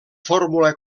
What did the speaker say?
fórmula